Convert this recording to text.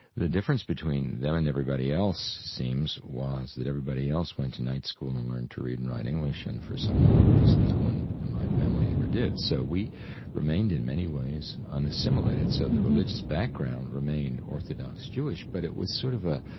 the difference between them and everybody else seems that everybody else went to night school to learn to read and write english and for some odd reason no one in my family ever did. so we remained in many ways unassimilated so the religious background remained orthodox jewish but it was sort of a,